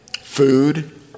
food